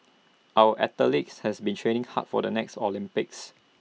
our athletes has been training hard for the next Olympics